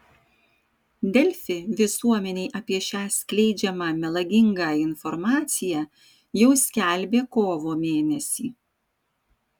delfi visuomenei apie šią skleidžiamą melagingą informaciją jau skelbė kovo mėnesį